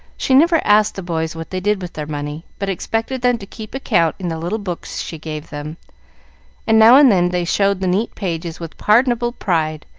she never asked the boys what they did with their money, but expected them to keep account in the little books she gave them and, now and then, they showed the neat pages with pardonable pride,